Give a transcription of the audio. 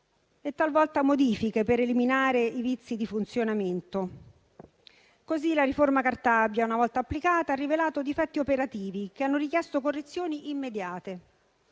e talvolta modifiche per eliminare i vizi di funzionamento. Così la riforma Cartabia, una volta applicata, ha rivelato difetti operativi che hanno richiesto correzioni immediate.